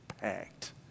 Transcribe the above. packed